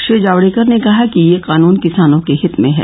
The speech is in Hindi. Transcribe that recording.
श्री जावड़ेकर ने कहा कि ये कानून किसानों के हित में है